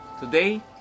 today